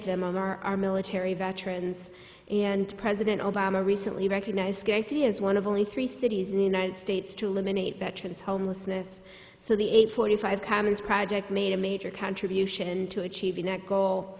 of them are our military veterans and president obama recently recognized he is one of only three cities in the united states to eliminate veterans homelessness so the eight forty five commons project made a major contribution to achieving that goal